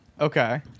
Okay